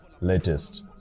latest